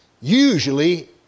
Usually